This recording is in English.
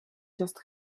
just